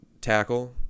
tackle